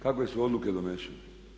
Kakve su odluke donesene?